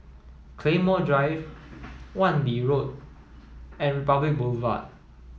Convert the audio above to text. Claymore Drive Wan Lee Road and Republic Boulevard